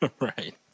right